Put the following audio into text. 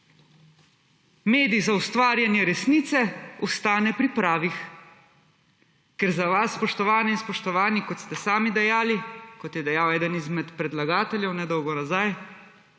medij za ustvarjanje resnice, ostane pri pravih. Ker za vas, spoštovane in spoštovani, kot ste sami dejali, kot je dejal eden izmed predlagateljev nedolgo nazaj,